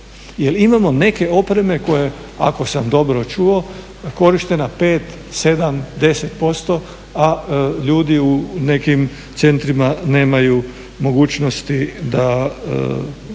imamo neke opreme koje ako sam dobro čuo korištena pet, sedam, deset posto, a ljudi u nekim centrima nemaju mogućnosti da